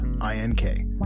i-n-k